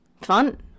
Fun